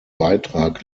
beitrag